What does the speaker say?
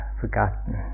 forgotten